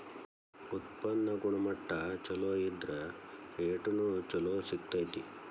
ಉತ್ಪನ್ನ ಗುಣಮಟ್ಟಾ ಚುಲೊ ಇದ್ರ ರೇಟುನು ಚುಲೊ ಸಿಗ್ತತಿ